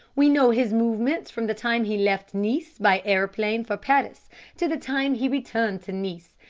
we know his movements from the time he left nice by aeroplane for paris to the time he returned to nice.